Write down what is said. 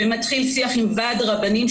ומתחיל שיח עם ועד רבנים.